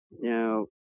Now